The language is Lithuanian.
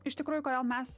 iš tikrųjų kodėl mes